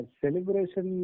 celebration